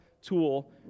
tool